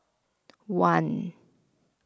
one